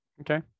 okay